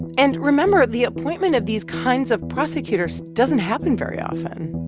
and remember, the appointment of these kinds of prosecutors doesn't happen very often.